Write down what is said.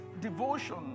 devotion